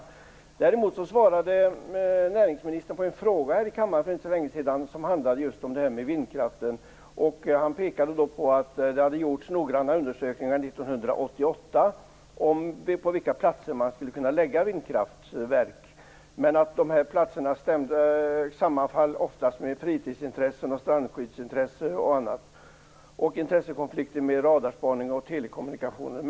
För inte så länge sedan svarade näringsministern på en fråga här i kammaren, som handlade om vindkraft. Han pekade då på att det 1988 hade gjorts noggranna undersökningar om på vilka platser man skulle kunna förlägga vindkraftverk. Men dessa platser sammanföll ofta med fritidsintressen och strandskyddsintressen. Det fanns också en intressekonflikt med radarspaning och telekommunikationer.